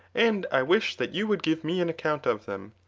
and i wish that you would give me an account of them.